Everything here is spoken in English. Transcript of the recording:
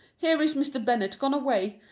here is mr. bennet gone away,